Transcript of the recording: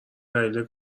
دلیل